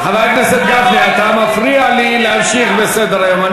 בחור ישיבה אחד לא יצליחו, תודה,